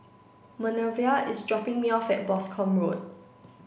Minervia is dropping me off at Boscombe Road